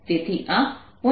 તેથી આ 0